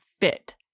fit